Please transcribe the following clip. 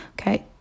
okay